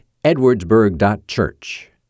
edwardsburg.church